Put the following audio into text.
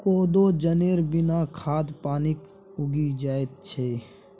कोदो जनेर बिना खाद पानिक उगि जाएत छै